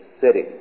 city